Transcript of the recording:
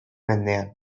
mendean